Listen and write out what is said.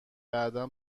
بعدا